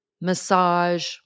massage